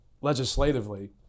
legislatively